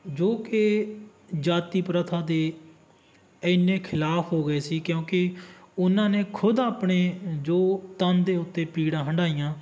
ਜੋ ਕਿ ਜਾਤੀ ਪ੍ਰਥਾ ਦੇ ਇੰਨੇ ਖਿਲਾਫ ਹੋ ਗਏ ਸੀ ਕਿਉਂਕਿ ਉਹਨਾਂ ਨੇ ਖੁਦ ਆਪਣੇ ਜੋ ਤਨ ਦੇ ਉੱਤੇ ਪੀੜਾਂ ਹੰਡਾਈਆਂ